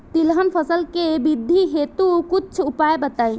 तिलहन फसल के वृद्धि हेतु कुछ उपाय बताई?